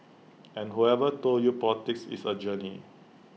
and whoever told you politics is A journey